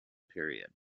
period